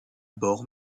bord